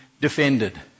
defended